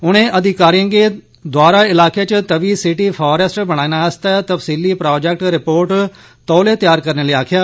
उनें अधिकारिए गी द्वारा इलाके च तवी सिटी फारेस्ट बनाने आस्तै तफसीली प्रोजेक्ट रिपोर्ट तौले तैआर करने लेई आक्खेआ